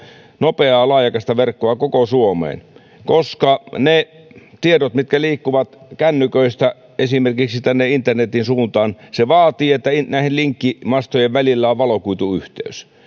nopeaa laajakaistaverkkoa koko suomeen koska ne tiedot mitkä liikkuvat kännyköistä esimerkiksi internetin suuntaan vaativat että linkkimastojen välillä on valokuituyhteys